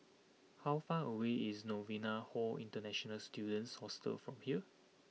how far away is Novena Hall International Students Hostel from here